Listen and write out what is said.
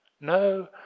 No